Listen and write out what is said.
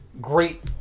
great